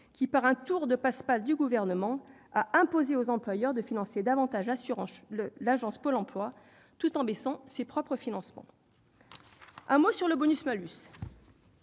qui, par un tour de passe-passe du Gouvernement, ont imposé aux employeurs de financer davantage Pôle emploi, tout en baissant ses propres financements. Un mot sur le bonus-malus.